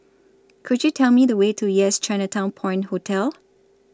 Could YOU Tell Me The Way to Yes Chinatown Point Hotel